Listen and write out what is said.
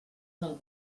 del